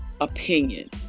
opinion